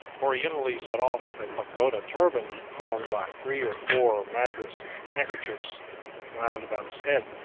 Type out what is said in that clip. orientally set off with a pagoda turban formed by three or four madras handkerchiefs wound about his head,